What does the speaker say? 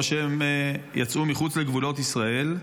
או שהם יצאו מחוץ לגבולות ישראל?